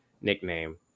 nickname